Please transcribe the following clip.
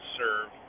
serve